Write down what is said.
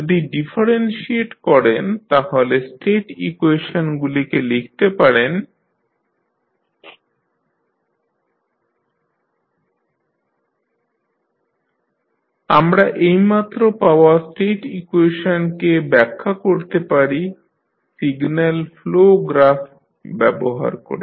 যদি ডিফারেনশিয়েট করেন তাহলে স্টেট ইকুয়েশনগুলিকে লিখতে পারেন dx1dtx3t x2 dx2tdtKJLx1tdx3dt KJmx1t BmJmx3t1JmTm আমরা এইমাত্র পাওয়া স্টেট ইকুয়েশনকে ব্যাখ্যা করতে পারি সিগন্যাল ফ্লো গ্রাফ ব্যবহার করে